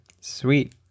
Sweet